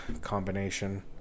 combination